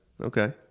Okay